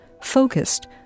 focused